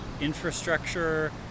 infrastructure